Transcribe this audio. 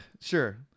Sure